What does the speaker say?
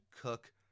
cook